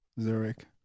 Zurich